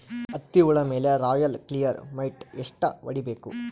ಹತ್ತಿ ಹುಳ ಮೇಲೆ ರಾಯಲ್ ಕ್ಲಿಯರ್ ಮೈಟ್ ಎಷ್ಟ ಹೊಡಿಬೇಕು?